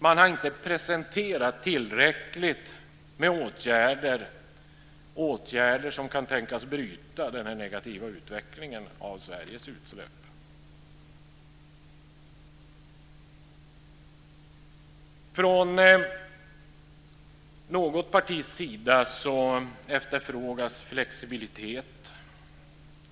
Man har inte presenterat tillräckligt med åtgärder som kan tänkas bryta denna negativa utveckling av Sveriges utsläpp. Från något partis sida efterfrågas flexibilitet.